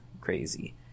crazy